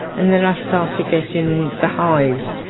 and then i started getting the highs,